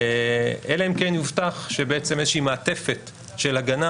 אלא אם כן יובטח שבעצם איזושהי מעטפת של הגנה,